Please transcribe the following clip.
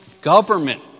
government